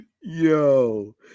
Yo